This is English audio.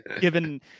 given